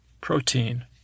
Protein